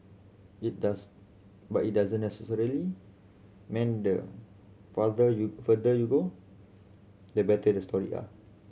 it does but it doesn't necessarily mean the farther you further you go the better your story are